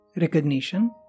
recognition